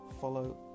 Follow